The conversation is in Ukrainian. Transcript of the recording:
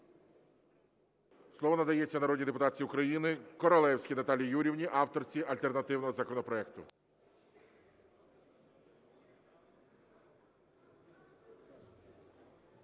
Слово надається народній депутатці України Королевській Наталії Юріївні, авторці альтернативного законопроекту.